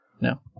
No